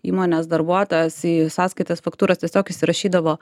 įmonės darbuotojas į sąskaitas faktūras tiesiog įsirašydavo